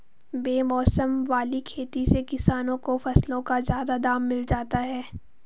बेमौसम वाली खेती से किसानों को फसलों का ज्यादा दाम मिल जाता है